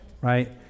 right